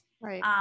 Right